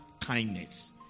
kindness